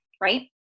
right